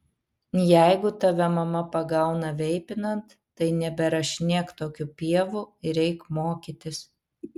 jeigu tave mama pagauna veipinant tai neberašinėk tokių pievų ir eik mokytis